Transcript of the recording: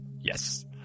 Yes